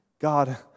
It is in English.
God